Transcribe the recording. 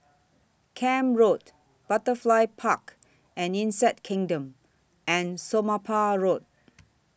Camp Road Butterfly Park and Insect Kingdom and Somapah Road